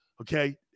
Okay